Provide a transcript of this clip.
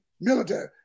military